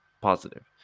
positive